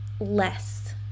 less